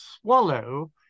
swallow